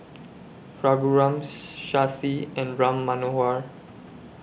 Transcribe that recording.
Raghuram Shashi and Ram Manohar